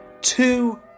two